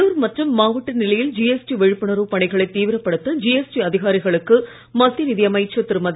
உள்ளுர் மற்றும் மாவட்ட நிலையில் ஜிஎஸ்டி விழிப்புணர்வு பணிகளை தீவிரப்படுத்த ஜிஎஸ்டி அதிகாரிகளுக்கு மத்திய நிதி அமைச்சர் திருமதி